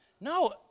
no